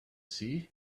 see